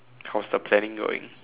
how's the planning going